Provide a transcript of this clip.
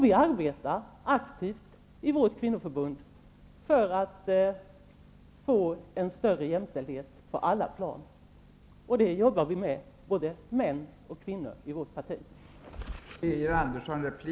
Vi arbetar aktivt i vårt kvinnoförbund för att få en större jämställdhet på alla plan. Det jobbar vi med, både män och kvinnor, i vårt parti.